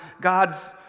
God's